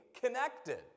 connected